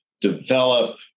develop